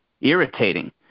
irritating